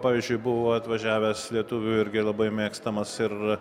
pavyzdžiui buvo atvažiavęs lietuvių irgi labai mėgstamas ir